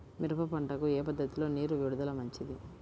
మిరప పంటకు ఏ పద్ధతిలో నీరు విడుదల మంచిది?